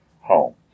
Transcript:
home